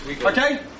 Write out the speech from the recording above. Okay